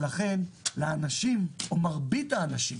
ולכן לאנשים או למרבית האנשים